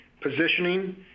positioning